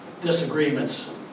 disagreements